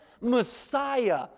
Messiah